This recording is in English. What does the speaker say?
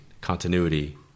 continuity